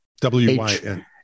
W-Y-N